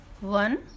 One